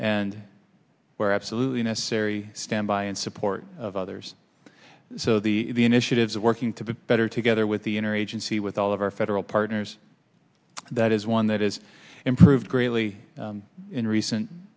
and where absolutely necessary standby and support of others so the the initiatives of working to better together with the inner agency with all of our federal partners that is one that is improved greatly in recent